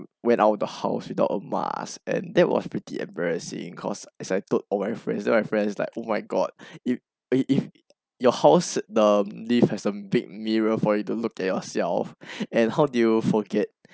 went out of the house without a mask and that was pretty embarrassing cause as I told all my friends then my friends was like oh my god if if your house the lift has a big mirror for you to look at yourself and how did you forget